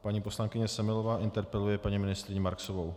Paní poslankyně Semelová interpeluje paní ministryni Marksovou.